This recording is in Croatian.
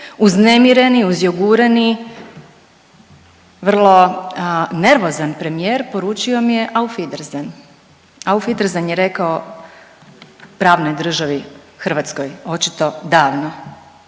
uznemireni, uzjogureni vrlo nervozan premijer poručio mi je auf Wiedersehen. Auf Wiedersehen je rekao pravnoj državi Hrvatskoj očito davno